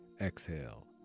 Exhale